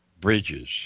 bridges